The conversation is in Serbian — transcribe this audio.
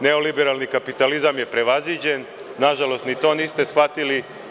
Neoliberalni kapitalizam je prevaziđen, nažalost ni to niste shvatili.